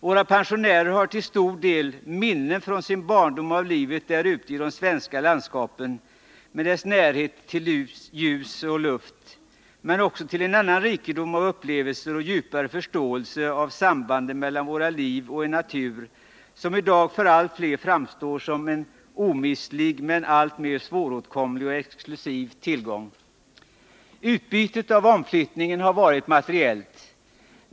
Våra pensionärer har till stor del minnen från sin barndom av livet där ute i de svenska landskapen med dess närhet till ljus och luft men också till en rikedom av upplevelser och en djupare förståelse av sambanden mellan våra liv och en natur som i dag för allt fler framstår som en omistlig men alltmer svåråtkomlig och exklusiv tillgång. Utbytet av omflyttningen har varit materiellt.